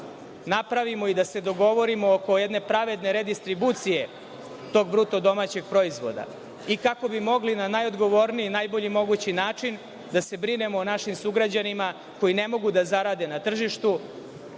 napravimo i da se dogovorimo oko jedne prave redistribucije tog BDP i kako bi mogli na najodgovorniji i na najbolji mogući način da se brinemo o našim sugrađanima koji ne mogu da zarade na tržištu,